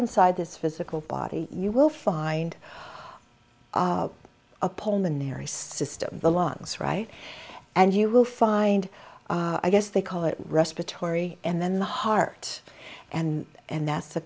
inside this physical body you will find a pulmonary system the lines right and you will find i guess they call it respiratory and then the heart and and that's the